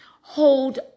Hold